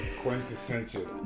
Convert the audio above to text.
quintessential